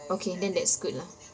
okay then that's good lah